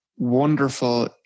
wonderful